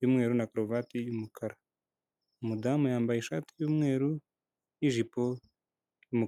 y'umweru na karuvati y'umukara, umudamu yambaye ishati y'umweru n'ijipo y'umukara.